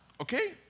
okay